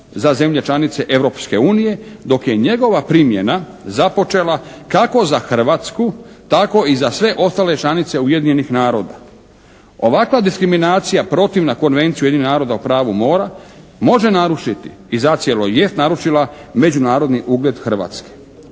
za zemlje članice Europske unije dok je njegova primjena započela kako za Hrvatsku tako i za sve ostale članice Ujedinjenih naroda. Ovakva diskriminacija protivna Konvenciju Ujedinjenih naroda o pravu mora može narušiti i zacijelo jest narušila međunarodni ugled Hrvatske.